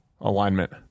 alignment